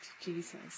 Jesus